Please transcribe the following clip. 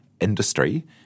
industry